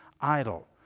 idle